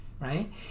right